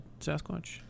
Sasquatch